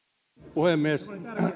puhemies